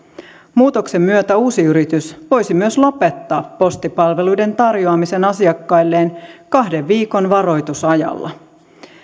muutoksen myötä uusi yritys voisi myös lopettaa postipalveluiden tarjoamisen asiakkailleen kahden viikon varoitusajalla